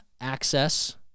access